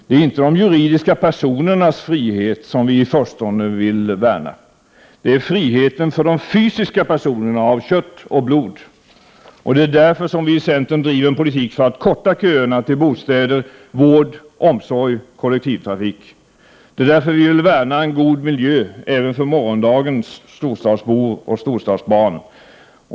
Det är inte de juridiska personernas frihet som vi i förstone vill värna, utan det är friheten för de fysiska personerna av kött och blod. Det är därför som vi i centern driver en politik för att korta köerna till bostäder, vård, omsorg och kollektivtrafik. Det är därför som vi vill värna en god miljö även för morgondagens storstadsbor och storstadsbarn.